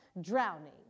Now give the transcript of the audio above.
drowning